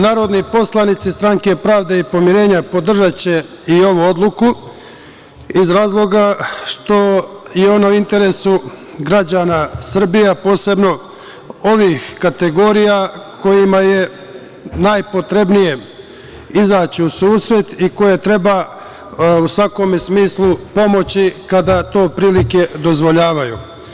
Narodni poslanici Stranke pravde i poverenja podržaće i ovu odluku iz razloga što je ona u interesu građana Srbije, a posebno ovih kategorija kojima je najpotrebnije izaći u susret i kojima treba u svakom smislu pomoći, kada to prilike dozvoljavaju.